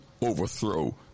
overthrow